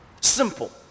Simple